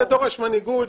זה דורש מנהיגות,